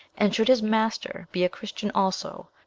and, should his master be a christian also,